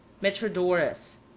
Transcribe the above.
Metrodorus